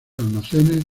almacenes